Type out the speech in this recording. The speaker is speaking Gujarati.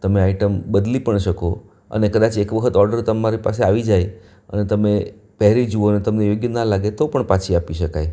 તમે આઈટમ બદલી પણ શકો અને કદાચ એક વખત ઓડર તમારી પાસે આવી જાય અને તમે પહેરી જુઓ અને તમને યોગ્ય ના લાગે તો પણ પાછી આપી શકાય